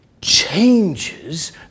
changes